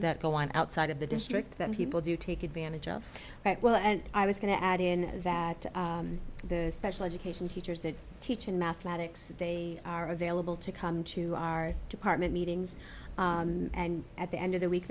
that go on outside of the district that people do take advantage of well and i was going to add in that special education teachers that teach in mathematics they are available to come to our department meetings and at the end of the week